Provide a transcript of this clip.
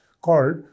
called